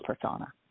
persona